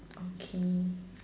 okay